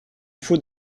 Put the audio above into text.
faut